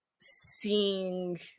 seeing